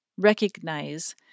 recognize